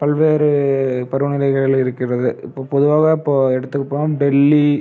பல்வேறு பருவநிலைகள் இருக்கிறது இப்போ பொதுவாக இப்போ எடுத்துப்போம் டெல்லி